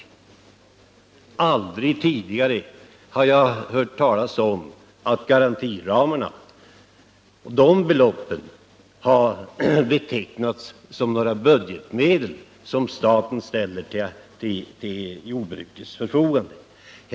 Aldrig tidigare har jag hört talas om att garantiramarna har betecknats såsom budgetmedel, som staten ställer till jordbrukets förfogande.